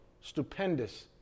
stupendous